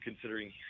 considering